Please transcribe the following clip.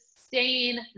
sustain